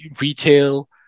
retail